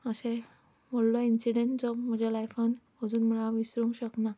अशें व्हडलो इन्सिडंट जो म्हज्या लायफान अजून पर्यांत हांव विसरूंक शकना